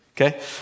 Okay